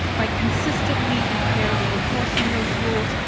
by consistently and fairly enforcing those rules,